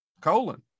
colon